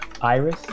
iris